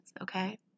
okay